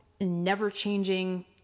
never-changing